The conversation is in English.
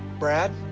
brad,